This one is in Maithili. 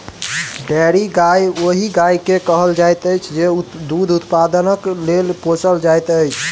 डेयरी गाय ओहि गाय के कहल जाइत अछि जे दूध उत्पादनक लेल पोसल जाइत छै